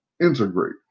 integrate